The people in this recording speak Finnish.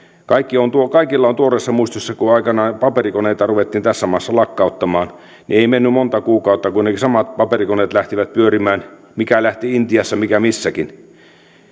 kaikilla on tuoreessa muistissa että kun aikoinaan paperikoneita ruvettiin tässä maassa lakkauttamaan niin ei mennyt monta kuukautta kun ne samat paperikoneet lähtivät pyörimään mikä lähti intiassa mikä missäkin